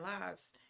lives